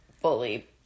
Fully